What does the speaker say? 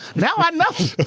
now i know. so